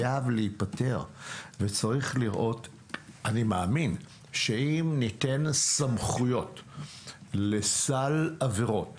אני מאמין שאם ניתן סמכויות לסל עבירות